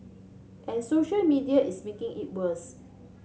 and social media is making it worse